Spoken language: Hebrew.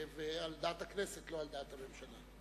על דעת הכנסת, לא על דעת הממשלה.